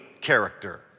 character